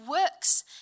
works